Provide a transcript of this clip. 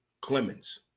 Clemens